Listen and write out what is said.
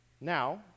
now